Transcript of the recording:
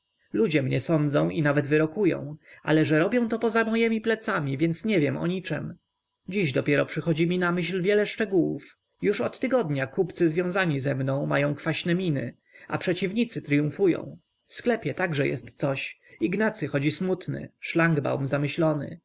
ludzie mnie sądzą i nawet wyrokują ale że robią to poza mojemi plecami więc nie wiem o niczem dziś dopiero przychodzi mi na myśl wiele szczegółów już od tygodnia kupcy związani ze mną mają kwaśne miny a przeciwnicy tryumfują w sklepie także coś jest ignacy chodzi smutny szlangbaum zamyślony